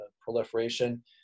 proliferation